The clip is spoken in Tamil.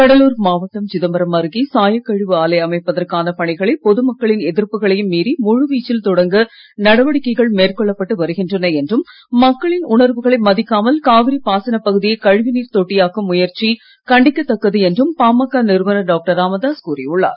கடலூர் மாவட்டம் சிதம்பரம் அருகே சாயக்கழிவு ஆலை அமைப்பதற்கான பணிகளை பொதுமக்களின் எதிர்ப்புகளையும் மீறி முழு வீச்சில் தொடங்க நடவடிக்கைகள் மேற்கொள்ளப்பட்டு வருகின்றன என்றும் மக்களின் உணர்வுகளை மதிக்காமல் காவிரி பாசனப்பகுதியை கழிவுநீர் தொட்டியாக்கும் முயற்சி கண்டிக்கத்தக்கது என்றும் பாமக நிறுவனர் டாக்டர் ராமதாஸ் கூறியுள்ளார்